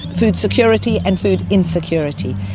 food security and food insecurity.